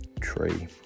tree